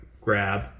grab